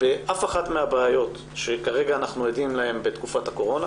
באף אחת מהבעיות שכרגע אנחנו עדים להן בתקופת הקורונה,